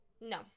No